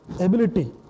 Ability